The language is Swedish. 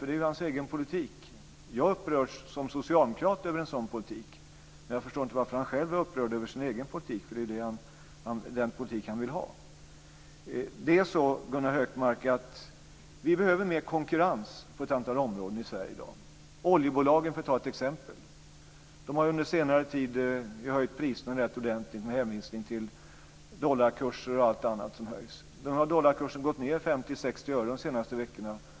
Det är hans egen politik. Jag upprörs som socialdemokrat över en sådan politik, men jag förstår inte varför han själv är upprörd över sin egen politik, eftersom det är den politik han vill ha. Vi behöver mer konkurrens på ett antal områden i Sverige i dag, Gunnar Hökmark. Det gäller t.ex. oljebolagen. De har under senare tid höjt priserna rätt ordentligt med hänvisning till dollarkurser och allt annat som höjs. Nu har dollarkursen gått ned 50, 60 öre de senaste veckorna.